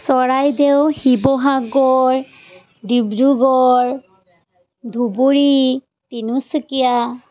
Charaideo Sivasagar Dibrugarh Dhubri Tinsukia